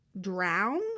drown